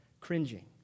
cringing